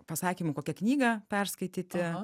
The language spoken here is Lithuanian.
pasakymu kokią knygą perskaityti